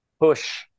push